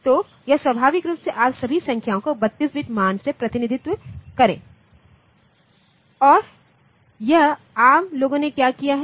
तो यह स्वाभाविक रूप से आप सभी संख्याओं को 32 बिट मान से प्रतिनिधित्व करें और यह एआरएम लोगों ने क्या किया है